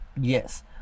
Yes